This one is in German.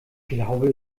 glaube